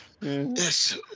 Yes